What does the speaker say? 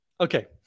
Okay